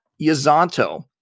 Yazanto